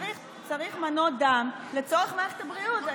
צריך מנות דם לצורך מערכת הבריאות.